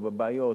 או בבעיות,